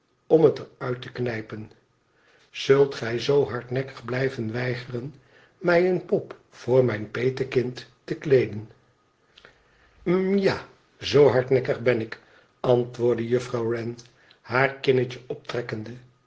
om het er uit te knijpen zult gij zoo hardnekkig blijven weigeren mij eene pop voor mijn petekind te kleeden hm ja zoo hardnekkig ben ik antwoordde juffrouw wren haar kinnetje optrekkende